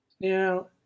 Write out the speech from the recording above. Now